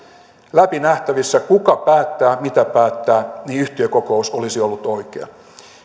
läpi nähtävissä kuka päättää mitä päättää niin yhtiökokous olisi ollut oikea paikka